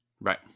right